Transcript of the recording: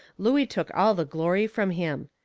looey took all the glory from him.